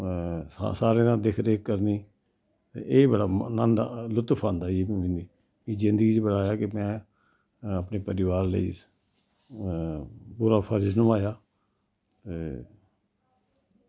सारें दा देख रेख करनी ते एह बड़ा नन्द लुत्फ आंदा ई मिगी जिन्दगी च बड़ा आया की में अपने परिवार लेई पूरा फर्ज निभाया ते